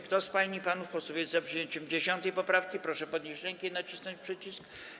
Kto z pań i panów posłów jest za przyjęciem 10. poprawki, proszę podnieść rękę i nacisnąć przycisk.